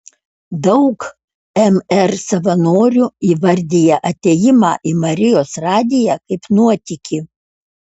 daug mr savanorių įvardija atėjimą į marijos radiją kaip nuotykį